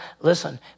Listen